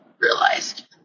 realized